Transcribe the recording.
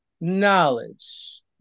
knowledge